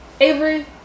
Avery